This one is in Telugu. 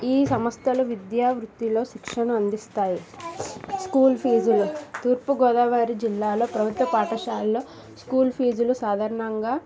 ఈ సంస్థలు విద్యావృత్తిలో శిక్షను అందిస్తాయి స్కూల్ ఫీజులు తూర్పుగోదావరి జిల్లాలో ప్రభుత్వ పాఠశాలలో స్కూల్ ఫీజులు సాధారణంగా